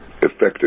effective